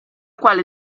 quale